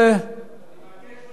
אני מבקש לא להמשיך עד שיבוא נציג הממשלה.